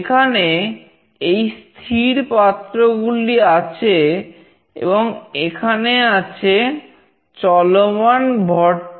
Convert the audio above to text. এখানে এই স্থির পাত্রগুলি আছে এবং এখানে আছে চলমান ভরটি